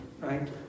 right